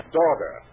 daughter